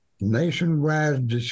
nationwide